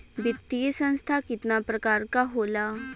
वित्तीय संस्था कितना प्रकार क होला?